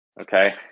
okay